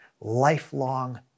lifelong